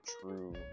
true